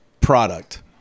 product